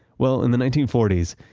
well, in the nineteen forty s,